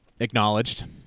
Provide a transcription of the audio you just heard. Acknowledged